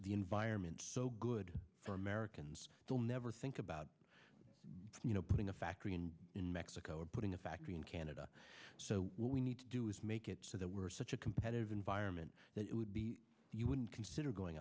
the environment so good for americans will never think about you know putting a factory in in mexico or putting a factory in canada so what we need to do is make it so that we're such a competitive environment that would be you wouldn't consider going